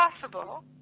possible